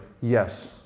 Yes